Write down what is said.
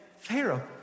Pharaoh